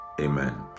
Amen